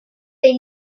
they